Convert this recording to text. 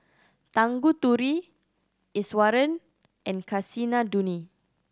Tanguturi Iswaran and Kasinadhuni